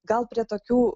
gal prie tokių